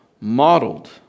modeled